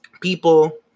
people